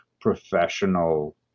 professional